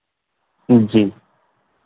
जी